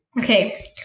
Okay